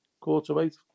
Quarter-eight